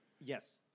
yes